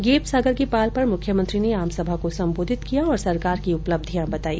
gap Sagar की पाल पर मुख्यमंत्री ने आमसभा को संबोधित किया और सरकार की उपलब्धियां बताई